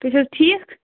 تُہۍ چھُو حظ ٹھیٖک